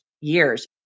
years